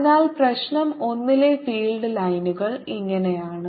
അതിനാൽ പ്രശ്നം 1 ലെ ഫീൽഡ് ലൈനുകൾ ഇങ്ങനെയാണ്